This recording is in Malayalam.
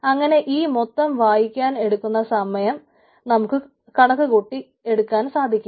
അങ്ങനെ ഈ മൊത്തം വായിക്കാൻ എടുക്കുന്ന സമയം നമുക്ക് കണക്കുകൂട്ടി എടുക്കുവാൻ സാധിക്കും